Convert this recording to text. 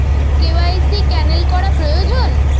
KYC cancel করা প্রয়োজন?